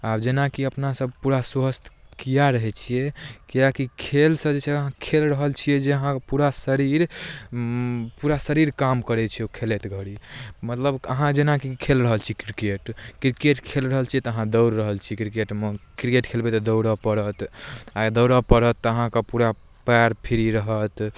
आब जेनाकी अपना सब पूरा स्वस्थ किआ रहै छियै किएक कि खेलसँ जे छै अहाँ खेल रहल छियै जे अहाँ पूरा शरीर पूरा शरीर काम करै छै ओ खेलैत घरी मतलब अहाँ जेनाकि खेल रहल छी क्रिकेट क्रिकेट खेल रहल छियै तऽ अहाँ दौड़ रहल छी क्रिकेटमे क्रिकेट खेलबै तऽ दौड़ऽ पड़त आओर दौड़ऽ परत तऽ अहाँ कऽ पूरा पाएर फ्री रहत